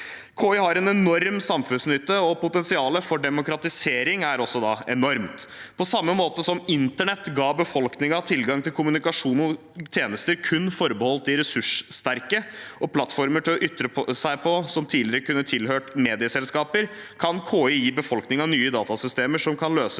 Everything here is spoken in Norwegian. KI har en enorm samfunnsnytte, og potensialet for demokratisering er også enormt. På samme måte som internett ga befolkningen tilgang til kommunikasjon og tjenester som kun var forbeholdt de ressurssterke, og plattformer å ytre seg på som tidligere kun tilhørte medieselskaper, kan KI gi befolkningen nye datasystemer som kan løse